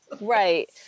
Right